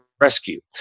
rescue